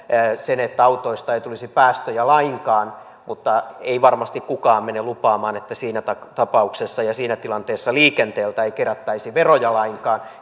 sen että autoista ei tulisi päästöjä lainkaan mutta ei varmasti kukaan mene lupaamaan että siinä tapauksessa ja siinä tilanteessa liikenteeltä ei kerättäisi veroja lainkaan